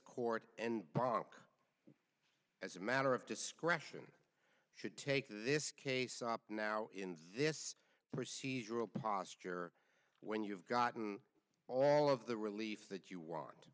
court and brock as a matter of discretion should take this case up now in this procedural posture when you have gotten all of the relief that you want